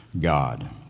God